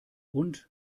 und